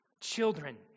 Children